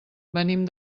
venim